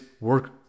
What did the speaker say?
work